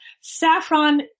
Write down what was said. Saffron